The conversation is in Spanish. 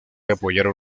apoyaron